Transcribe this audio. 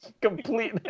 Complete